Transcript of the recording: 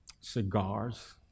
Cigars